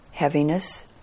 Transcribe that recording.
Heaviness